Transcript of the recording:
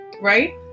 Right